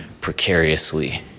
precariously